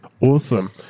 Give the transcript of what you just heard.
Awesome